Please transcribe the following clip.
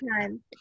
time